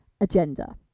agenda